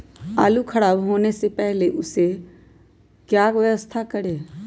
आलू खराब होने से पहले हम उसको क्या व्यवस्था करें?